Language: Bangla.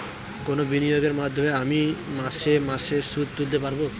কোন বিনিয়োগের মাধ্যমে আমি মাসে মাসে সুদ তুলতে পারবো?